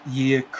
year